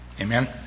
amen